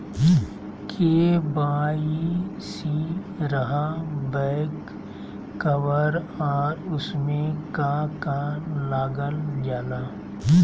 KYC रहा back cover और उसमें का का लागल जाला?